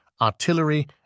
artillery